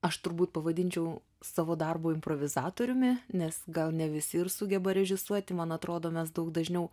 aš turbūt pavadinčiau savo darbo improvizatoriumi nes gal ne visi ir sugeba režisuoti man atrodo mes daug dažniau